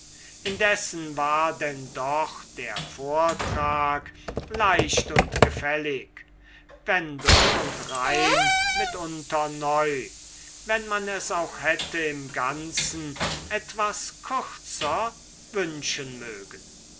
indessen war denn doch der vortrag leicht und gefällig wendung und reim mitunter neu wenn man es auch hätte im ganzen etwas kürzer wünschen mögen